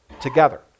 together